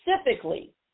specifically